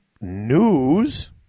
news